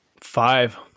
Five